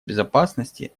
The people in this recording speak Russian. безопасности